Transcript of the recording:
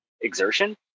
exertion